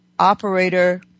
operator